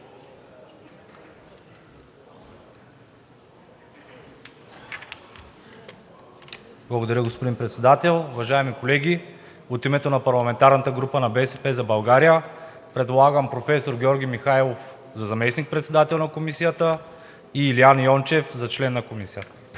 Благодаря, господин Председател. Уважаеми колеги, от името на парламентарната група на „БСП за България“ предлагам професор Георги Михайлов за заместник-председател на Комисията и Илиян Йончев за член на Комисията.